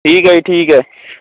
ਠੀਕ ਹੈ ਜੀ ਠੀਕ ਹੈ